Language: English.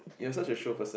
you're also a show person